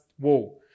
whoa